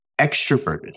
extroverted